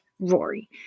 Rory